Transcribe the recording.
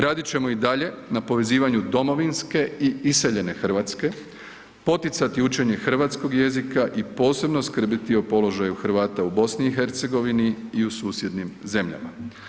Radit ćemo i dalje na povezivanju domovinske i iseljenje RH, poticanje učenje hrvatskog jezika i posebno skrbiti o položaju Hrvata u BiH i u susjednim zemljama.